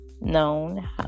known